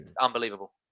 unbelievable